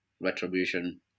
retribution